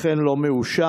לכן, לא מאושר.